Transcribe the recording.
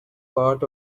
part